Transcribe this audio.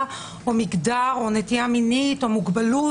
או מגדר או נטייה מינית או מוגבלות,